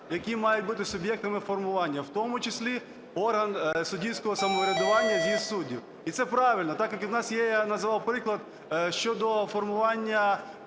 які мають бути суб'єктами формування, в тому числі орган суддівського самоврядування – з'їзд суддів. І це правильно, так як в нас є і я називав приклад щодо формування